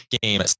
game